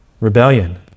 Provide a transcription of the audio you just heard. rebellion